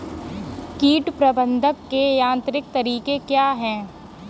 कीट प्रबंधक के यांत्रिक तरीके क्या हैं?